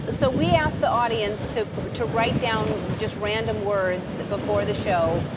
so we asked the audience to to write down just random words before the show.